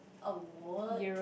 a what